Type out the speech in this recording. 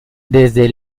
desde